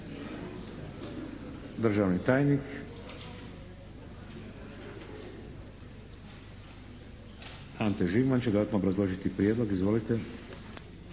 Državni tajnik, Ante Žigman će dodatno obrazložiti prijedlog, izvolite.